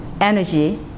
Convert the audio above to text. energy